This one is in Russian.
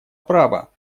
права